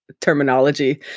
terminology